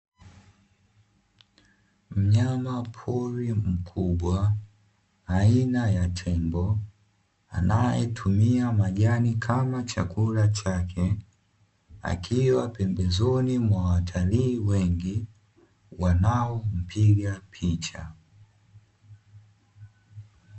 Mnyamapori mkubwa aina ya tembo anayetumia majani kama chakula chake, akiwa pembezoni mwa watalii wengi, wanaompiga picha.